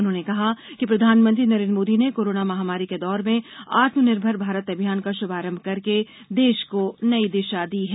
उन्होंने कहा कि प्रधानमंत्री नरेन्द्र मोदी ने कोरोना महामारी के दौर में आत्मनिर्भर भारत अभियान का शुभारंभ करके देश को नयी दिशा दी है